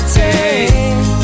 take